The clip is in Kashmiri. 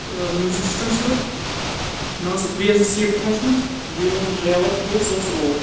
میٛوٗزِک سِسٹَم سیٚود نہَ اوس بیٚیہِ ٲسٕس سیٖٹہٕ فُچمٕژ بیٚیہِ اوس ڈریوَر تیُتھ سُہ اوس روڑ